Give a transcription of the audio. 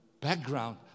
background